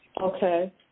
Okay